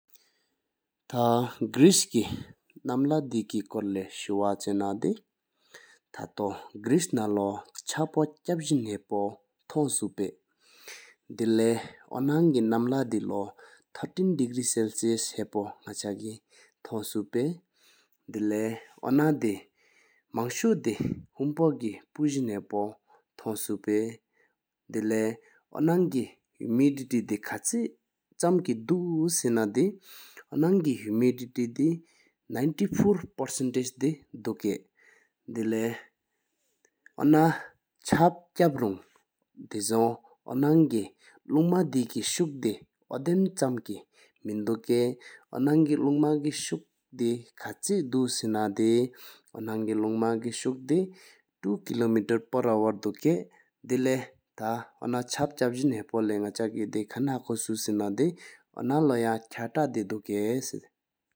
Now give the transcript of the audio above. ཐ་གྲིས་ཀི་གི་ནམི་ཧཱན་ཌི་ཀེ་གོར་ལསཱོ་བར་ཆ་ན་དེ་ཐ་ཏོ་གྲིས་ན་ལོ་ལྕ་བོ་ཀབ་ཟིན་ཧ་བོ་ཐོ་སུ་པ། དི་ལེཡ་འོ་ནང་གི་ནམ་ལ་དེ་ལོ་བརྟི་ཤིན་དྲི་གེ་སུར་ལི་ཧ་བོ་ནག་གཆག་ཐོང་སུ་པ། དི་ལེཡ་འོ་ན་བེ་མང་་བར་ཤོ་བེ་ཧུམ་ཕོ་གི་སྤུར་ཟིན་ཧ་བོ་ཐོང་ཤོ། དི་ལེཡ་འོ་ནང་གི་ཧུ་མི་དིཀ་དེ་དཀོ་ཆེ་ཚུམ་ལེ་དུ། སྔ་པ་གི་ཧི་མུ་དིཀ་དེ་གཅིག་བཞི་མཐའ་དྱིཊ་དེ་དོ་གཉིས་བརྒྱ་ཡིག་པ་དེ་སུག་ཡོད། དི་ག་ཡི་ན་ཌེ་སྦས་མཆོར་ཟིལ་དེ་ཚ་དང་གསོ་བྲས་དེ་ཞིེ་ཐ་ལེ་ན་ཌི་མོ་གི་ནོང་མ་དེ་སུག་དེ་གཙ་ང་ཟིག་པ་། དི་ག་ཨ་ནང་གི་ནོང་མ་ཀི་ཕུར་ཊ་ཁལ་པ། །་དེ་གྲེ་ཐ་འཚབ་ལྔ་དེ ཐ་གཡེ་ཌེ་ཐ་སྐ་སྐུབ་བླ་རོ་དུས་རྦ་ཡོང་།